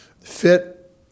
Fit